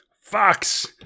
Fox